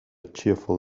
cheerful